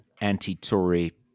anti-Tory